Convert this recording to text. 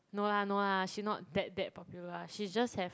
no lah no lah she not that that popular lah she just have